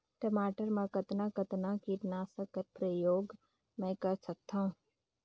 टमाटर म कतना कतना कीटनाशक कर प्रयोग मै कर सकथव?